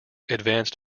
advanced